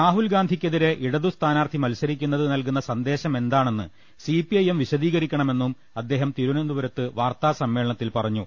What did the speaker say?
രാഹുൽഗാന്ധിക്കെതിരെ ഇടതു സ്ഥാനാർഥി മത്സരിക്കുന്നത് നൽകുന്ന സന്ദേശം എന്താണെന്ന് സിപിഐഎം വിശദീകരിക്കണമെന്നും അദ്ദേഹം തിരുവനന്തപുരത്ത് വാർത്താ സമ്മേളനത്തിൽ പറഞ്ഞു